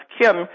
Kim